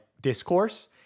discourse